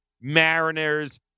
Mariners